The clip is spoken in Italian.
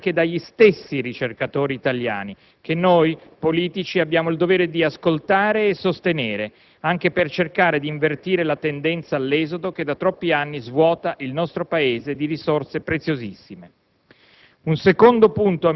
sono i criteri invocati anche dagli stessi ricercatori italiani, che noi politici abbiamo il dovere di ascoltare e sostenere, anche per cercare di invertire la tendenza all'esodo che da troppi anni svuota il nostro Paese di risorse preziosissime.